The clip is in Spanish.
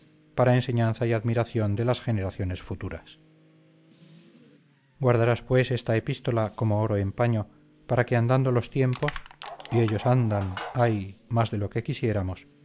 para enseñanza y admiración de las generaciones futuras guardarás pues esta epístola como oro en paño para que andando los tiempos y ellos andan ay más de lo que quisiéramos figure en el abultado mamotreto de mis